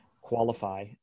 qualify